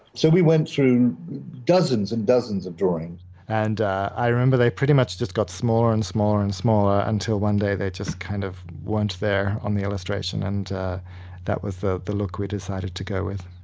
so we went through dozens and dozens of drawings and i remember they pretty much just got smaller and smaller and smaller until one day they just kind of weren't there on the illustration and that was the the look we decided to go with